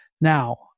Now